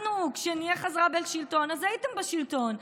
אנחנו, כשנהיה חזרה בשלטון, אז הייתם בשלטון.